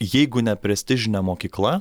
jeigu ne prestižinė mokykla